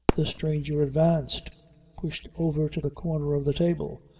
the stranger advanced pushed over to the corner of the table,